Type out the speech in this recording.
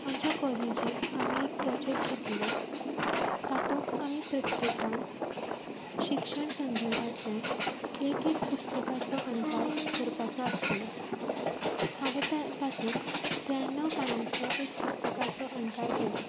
आमच्या कॉलेजीत आमी एक प्रॉजेक्ट घेतिल्लो तातूंत आमी प्रत्येकान शिक्षण संदर्भांतल्यान एक एक पुस्तकाचो अणकार करपाचो आसलो हांवेन ता तातूंत त्र्याण्णव्व पानांचो एक पुस्तकाचो अणकार केल्लो